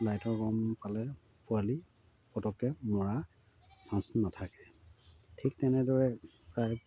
লাইটৰ গৰম পালে পোৱালি পটককৈ মৰা চাঞ্চ নাথাকে ঠিক তেনেদৰে প্ৰায়